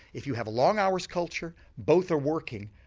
if you have a long hours culture, both are working,